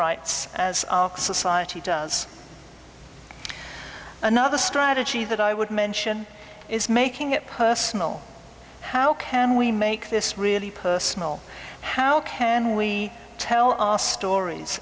rights as our society does another strategy that i would mention is making it personal how can we make this really personal how can we tell our stories